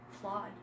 flawed